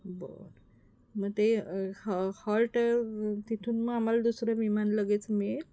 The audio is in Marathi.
बरं मग ते हॉ हॉल्ट तिथून मग आम्हाला दुसरं विमान लगेच मिळेल